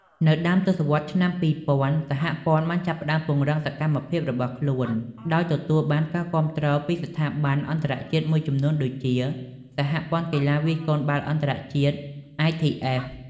នៅដើមទសវត្សរ៍ឆ្នាំ ២០០០ សហព័ន្ធបានចាប់ផ្តើមពង្រឹងសកម្មភាពរបស់ខ្លួន ដោយទទួលបានការគាំទ្រពីស្ថាប័នអន្តរជាតិមួយចំនួនដូចជា សហព័ន្ធកីឡាវាយកូនបាល់អន្តរជាតិ ITF។